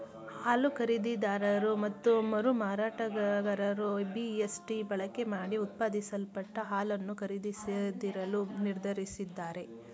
ಹಾಲು ಖರೀದಿದಾರರು ಮತ್ತು ಮರುಮಾರಾಟಗಾರರು ಬಿ.ಎಸ್.ಟಿ ಬಳಕೆಮಾಡಿ ಉತ್ಪಾದಿಸಲ್ಪಟ್ಟ ಹಾಲನ್ನು ಖರೀದಿಸದಿರಲು ನಿರ್ಧರಿಸಿದ್ದಾರೆ